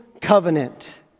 covenant